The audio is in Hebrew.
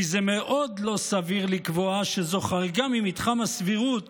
כי זה מאוד לא סביר לקבוע שזו חריגה ממתחם הסבירות